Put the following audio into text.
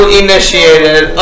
initiated